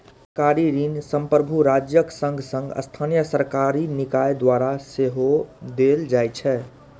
सरकारी ऋण संप्रभु राज्यक संग संग स्थानीय सरकारी निकाय द्वारा सेहो देल जाइ छै